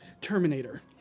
Terminator